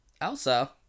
Elsa